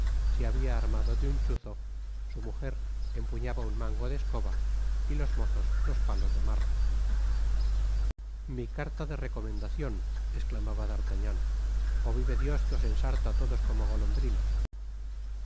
se habia armado de un chuzo su mujer empuñaba un mango de escoba y los mozos los palos de marras mi carta de recomendacion esclamaba d'artagnan ó vive dios que os ensarto á todos como golondrinas